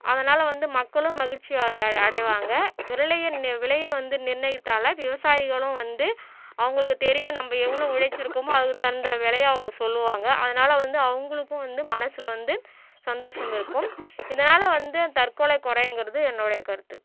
அதனால் வந்து மக்களும் மகிழ்ச்சி அடை அடைவாங்க விலைய விலையை வந்து நிர்ணயித்தாலே விவசாயிகளும் வந்து அவங்களுக்கு தெரியும் நம்ம எவ்வளோ உழைச்சுருக்கமோ அதுக்கு தகுந்த விலைய அவங்க சொல்லுவாங்க அதனால் வந்து அவங்களுக்கும் வந்து மனசில் வந்து சந்தோஷம் இருக்கும் இதனால் வந்து அந்த தற்கொலை குறையுங்கிறது என்னுடைய கருத்து